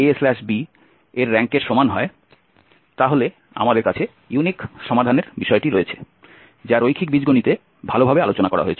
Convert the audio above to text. b এর র্যাঙ্কের সমান হয় তাহলে আমাদের কাছে ইউনিক সমাধানের বিষয়টি রয়েছে যা রৈখিক বীজগণিতে ভালভাবে আলোচনা করা হয়েছিল